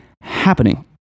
happening